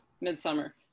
midsummer